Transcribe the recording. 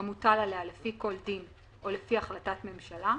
המוטל עליה לפי כל דין או לפי החלטת הממשלה".